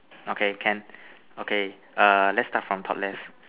okay can okay err let's start from top left